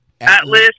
atlas